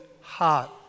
heart